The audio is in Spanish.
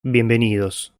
bienvenidos